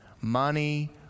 money